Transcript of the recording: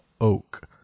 oak